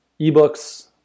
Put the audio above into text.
eBooks